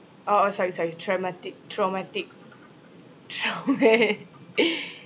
orh orh sorry sorry traumatic traumatic trauma~